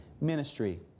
ministry